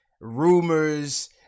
rumors